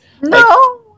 No